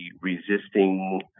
resisting